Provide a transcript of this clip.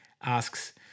asks